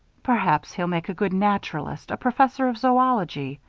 perhaps he'll make a good naturalist, a professor of zoology,